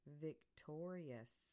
victorious